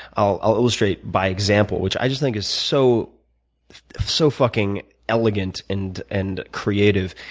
i'll illustrate by example, which i just think is so so fucking elegant and and creative.